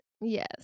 Yes